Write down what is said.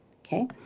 Okay